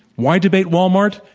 why debate walmart?